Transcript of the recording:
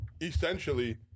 essentially